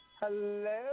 Hello